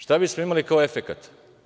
Šta bismo imali kao efekat?